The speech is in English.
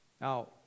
Now